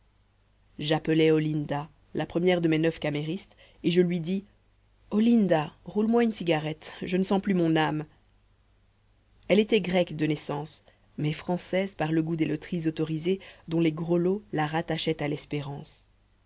j'appelais olinda la première de mes neuf caméristes et je lui dis olinda roule moi une cigarette je ne sens plus mon âme elle était grecque de naissance mais française par le goût des loteries autorisées dont les gros lots la rattachaient à l'espérance